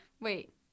Wait